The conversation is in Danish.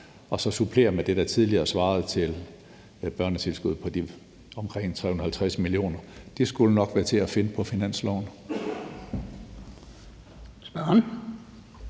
og så supplere med det, der tidligere svaret til børnetilskuddet på omkring de 350 mio. kr. De skulle nok være til at finde på finansloven.